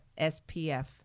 spf